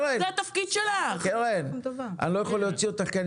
להגיד לנציגה של המשרד לשוויון חברתי שאני מאוד מתפלאת על מה שהיא אמרה,